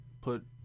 put